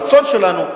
הרצון שלנו,